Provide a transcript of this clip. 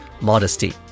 modesty